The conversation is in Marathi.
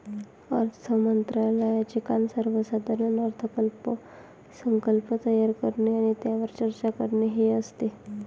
अर्थ मंत्रालयाचे काम सर्वसाधारण अर्थसंकल्प तयार करणे आणि त्यावर चर्चा करणे हे असते